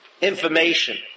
information